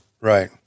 Right